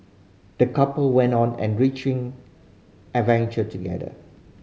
the couple went on enriching adventure together